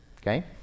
Okay